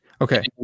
Okay